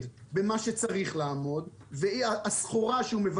במה שצריך לעמוד והסחורה שהוא מבקש לייבוא.